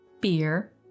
beer